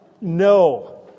No